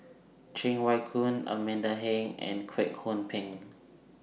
Cheng Wai Keung Amanda Heng and Kwek Hong Png